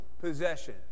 possession